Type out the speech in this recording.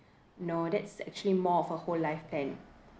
no that's actually more of a whole lifetime